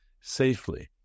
safely